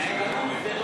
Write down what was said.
ערנות זה לא,